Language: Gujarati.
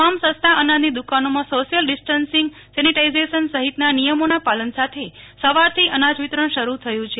તમામ સસ્તા અનાજની દકાનોમાં સાંશ્યલ ડીસ્ન્સીંગ સેનીટાઈઝેશન સહિતના નિયમોના પાલન સાથે સવારથી અનાજ વિતરણ શરૂ થયું છે